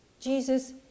Jesus